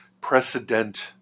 precedent